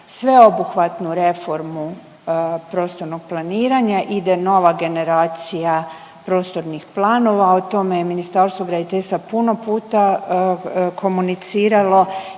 sveobuhvatnu reformu prostornog planiranja, ide Nova generacija prostornih planova, o tome je Ministarstvo graditeljstva puno puta komuniciralo.